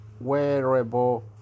wearable